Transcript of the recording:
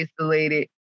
isolated